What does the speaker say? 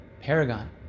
paragon